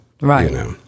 Right